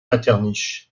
metternich